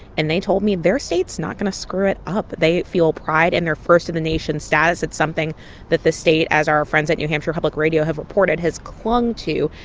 and they told me their state's not going to screw it up. they feel pride in their first-in-the-nation status. it's something that the state, as our friends at new hampshire public radio have reported, has clung to.